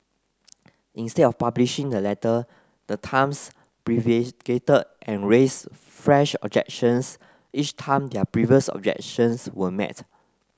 instead of publishing the letter the Times prevaricated and raised fresh objections each time their previous objections were met